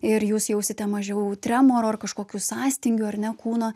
ir jūs jausite mažiau tremoro ar kažkokių sąstingių ar ne kūno